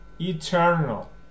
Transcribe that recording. eternal